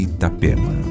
Itapema